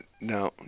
No